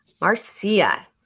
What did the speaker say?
Marcia